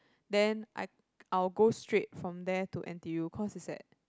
then I I will go straight from there to n_t_u cause is that